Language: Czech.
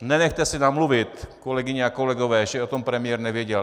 Nenechte si namluvit, kolegyně a kolegové, že o tom premiér nevěděl.